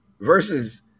versus